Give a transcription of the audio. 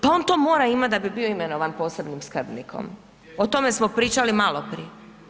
Pa on to mora imat da bi bio imenovan posebnim skrbnikom, o tome smo pričali maloprije.